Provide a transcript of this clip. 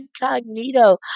Incognito